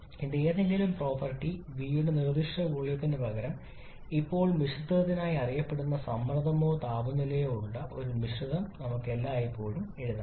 ഇത് ഏതെങ്കിലും property y യുടെ നിർദ്ദിഷ്ട വോളിയത്തിന് പകരം ഇപ്പോൾ മിശ്രിതത്തിനായി അറിയപ്പെടുന്ന സമ്മർദ്ദമോ താപനിലയോ ഉള്ള ഒരു മിശ്രിതം നമുക്ക് എല്ലായ്പ്പോഴും എഴുതാം